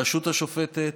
הרשות השופטת,